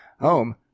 home